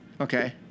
Okay